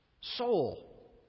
soul